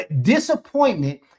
Disappointment